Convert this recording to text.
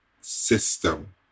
system